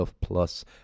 Plus